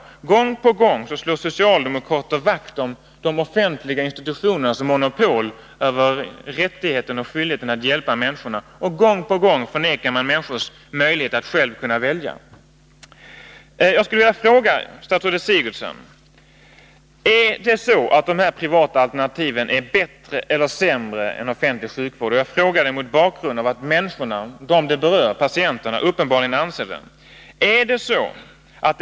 Och gång på gång slår socialdemokraterna vakt om de offentliga institutionernas monopol, över rättigheten och skyldigheten att hjälpa människor, och gång på gång förnekar man människors möjlighet att själva välja. Jag skulle vilja fråga statsrådet Sigurdsen: Är de privata alternativen bättre eller sämre än offentlig sjukvård? Jag frågar detta mot bakgrund av att de människor som berörs, patienterna, uppenbarligen anser att de privata alternativen är bättre.